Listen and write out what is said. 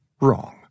wrong